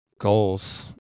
goals